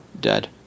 Dead